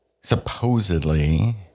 supposedly